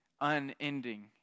unending